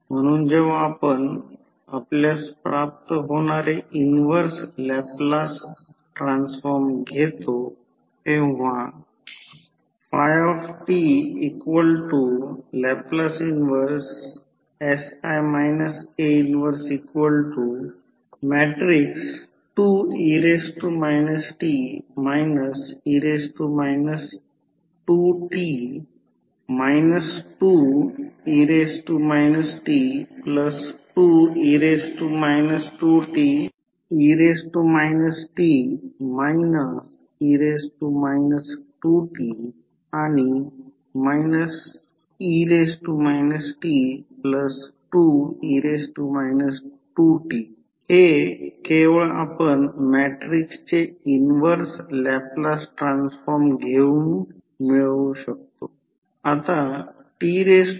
म्हणून जेव्हा आपण आपल्यास प्राप्त होणारे इन्व्हर्स लॅपलास ट्रान्सफॉर्म घेतो तेव्हा हे केवळ आपण मॅट्रिक्सचे इन्व्हर्स लॅपलास ट्रान्सफॉर्म घेवून मिळवू शकतो